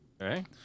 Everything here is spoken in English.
Right